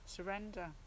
Surrender